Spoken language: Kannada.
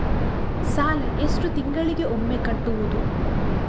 ಸಾಲ ಎಷ್ಟು ತಿಂಗಳಿಗೆ ಒಮ್ಮೆ ಕಟ್ಟುವುದು?